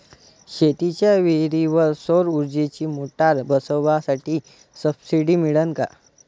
शेतीच्या विहीरीवर सौर ऊर्जेची मोटार बसवासाठी सबसीडी मिळन का?